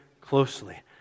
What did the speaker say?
closely